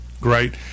Great